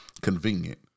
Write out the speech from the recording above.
convenient